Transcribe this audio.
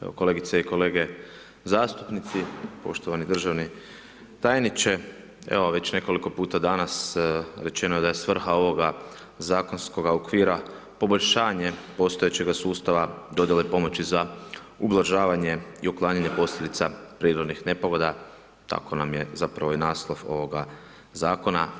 Evo, kolegice i kolege zastupnici, poštovani državni tajniče, evo već nekoliko puta danas rečeno je da je svrha ovoga zakonskoga okvira poboljšanje postojećeg sustava dodjele pomoći za ublažavanje i uklanjanje posljedica prirodnih nepogoda, tako nam je zapravo i naslov ovoga zakona.